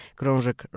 krążek